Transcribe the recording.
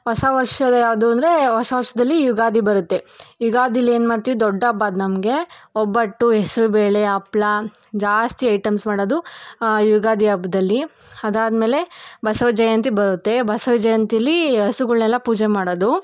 ಹೊಸ ವರ್ಷ ಯಾವುದು ಅಂದರೆ ಹೊಸ ವರ್ಷದಲ್ಲಿ ಯುಗಾದಿ ಬರುತ್ತೆ ಯುಗಾದಿಲಿ ಏನು ಮಾಡ್ತೀವಿ ದೊಡ್ಡ ಹಬ್ಬ ಅದು ನಮಗೆ ಒಬ್ಬಟ್ಟು ಹೆಸ್ರುಬೇಳೆ ಹಪ್ಳಾ ಜಾಸ್ತಿ ಐಟಮ್ಸ್ ಮಾಡೋದು ಯುಗಾದಿ ಹಬ್ದಲ್ಲಿ ಅದಾದ್ಮೇಲೆ ಬಸವ ಜಯಂತಿ ಬರುತ್ತೆ ಬಸವ ಜಯಂತೀಲಿ ಹಸುಗಳ್ನೆಲ್ಲಾ ಪೂಜೆ ಮಾಡೋದು